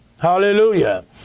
Hallelujah